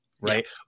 right